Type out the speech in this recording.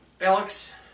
Alex